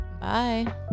Bye